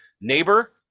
Neighbor